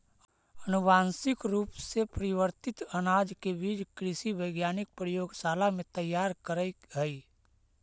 अनुवांशिक रूप से परिवर्तित अनाज के बीज कृषि वैज्ञानिक प्रयोगशाला में तैयार करऽ हई